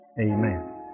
Amen